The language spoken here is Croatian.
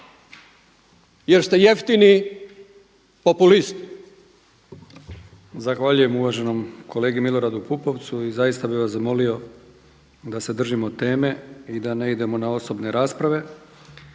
jer ste jeftini populist.